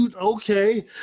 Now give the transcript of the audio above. Okay